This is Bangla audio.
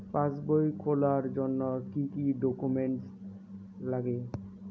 পাসবই খোলার জন্য কি কি ডকুমেন্টস লাগে?